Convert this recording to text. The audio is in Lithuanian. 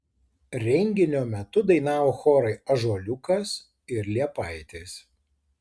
renginio metu dainavo chorai ąžuoliukas ir liepaitės